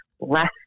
less